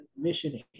Mission